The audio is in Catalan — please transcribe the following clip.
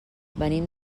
venim